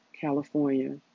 California